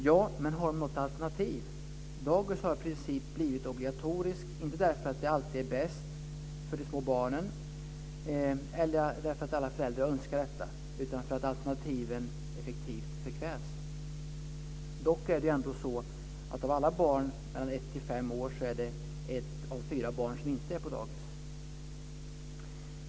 Ja, men har de något alternativ? Dagis har i princip blivit obligatoriskt - inte därför att det alltid är bäst för de små barnen eller därför att alla föräldrar önskar detta utan därför att alternativen effektivt förkvävs. Ändå är det ett av fyra barn, av alla barn mellan ett och fem år, som inte går på dagis.